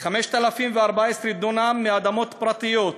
5,014 דונם מאדמות פרטיות,